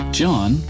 John